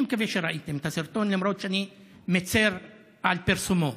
אני מקווה שראיתם, למרות שאני מצר על פרסומו,